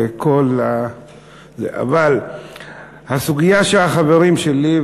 אבל הסוגיה שהחברים שלי,